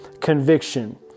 conviction